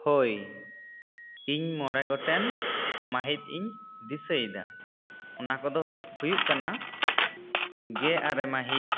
ᱦᱳᱭ ᱤᱧ ᱢᱚᱬᱮ ᱜᱚᱴᱮᱱ ᱢᱟᱹᱦᱤᱛ ᱤᱧ ᱫᱤᱥᱟᱹᱭᱮᱫᱟ ᱚᱱᱟ ᱠᱚᱫᱚ ᱦᱩᱭᱩᱜ ᱠᱟᱱᱟ ᱜᱮ ᱟᱨᱮ ᱢᱟᱹᱦᱤᱛ